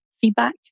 feedback